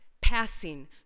passing